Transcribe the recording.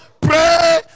pray